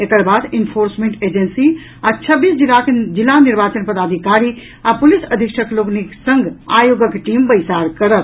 एकर बाद enforcement agency आ छब्बीस जिलाक जिला निर्वाचन पदाधिकारी आ पुलिस अधीक्षक लोकनिक संग आयोगक टीम बैसार करत